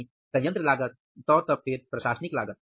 यानी संयंत्र लागत और तब फिर प्रशासनिक लागत